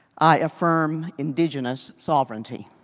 i affirm indigenous sovereignty.